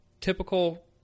typical